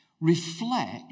reflect